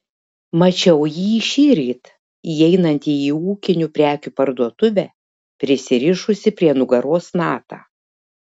mačiau jį šįryt įeinantį į ūkinių prekių parduotuvę prisirišusį prie nugaros natą